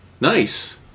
Nice